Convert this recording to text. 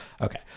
okay